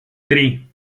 tri